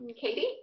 Katie